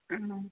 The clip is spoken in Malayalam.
ആ